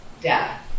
death